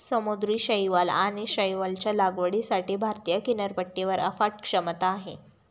समुद्री शैवाल किंवा शैवालच्या लागवडीसाठी भारतीय किनारपट्टीवर अफाट क्षमता आहे